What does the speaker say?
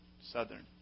southern